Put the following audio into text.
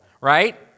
Right